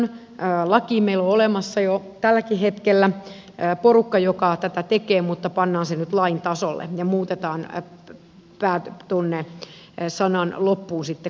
laki meillä on olemassa jo tälläkin hetkellä porukka joka tätä tekee mutta pannaan se nyt lain tasolle ja muutetaan sanan loppuun sitten komitea